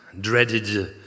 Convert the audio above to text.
dreaded